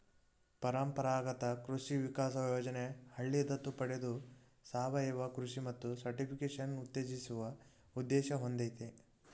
ಪರಂಪರಾಗತ ಕೃಷಿ ವಿಕಾಸ ಯೋಜನೆ ಹಳ್ಳಿ ದತ್ತು ಪಡೆದು ಸಾವಯವ ಕೃಷಿ ಮತ್ತು ಸರ್ಟಿಫಿಕೇಷನ್ ಉತ್ತೇಜಿಸುವ ಉದ್ದೇಶ ಹೊಂದಯ್ತೆ